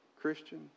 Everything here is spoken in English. Christian